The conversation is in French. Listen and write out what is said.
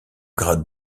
grade